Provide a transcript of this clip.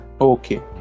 Okay